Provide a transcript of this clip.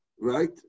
Right